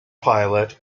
pilot